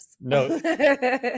No